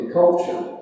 culture